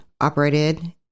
operated